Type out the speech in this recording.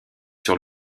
sur